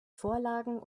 vorlagen